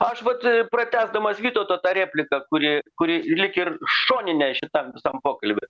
aš vat pratęsdamas vytauto tą repliką kuri kuri lyg ir šoninė šitam visam pokalby